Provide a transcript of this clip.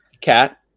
Cat